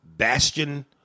Bastion